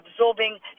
absorbing